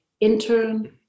Intern